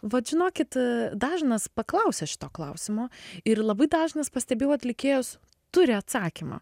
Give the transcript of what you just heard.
vat žinokit dažnas paklausia šito klausimo ir labai dažnas pastebėjau atlikėjas turi atsakymą